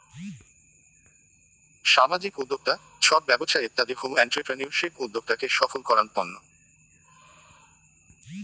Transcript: সামাজিক উদ্যক্তা, ছট ব্যবছা ইত্যাদি হউ এন্ট্রিপ্রেনিউরশিপ উদ্যোক্তাকে সফল করাঙ তন্ন